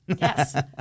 Yes